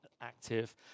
active